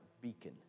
beacon